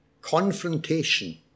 confrontation